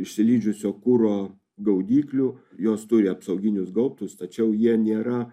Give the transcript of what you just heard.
išsilydžiusio kuro gaudyklių jos turi apsauginius gaubtus tačiau jie nėra